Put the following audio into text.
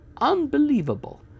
Unbelievable